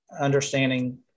understanding